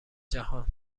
جهان